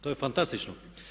To je fantastično.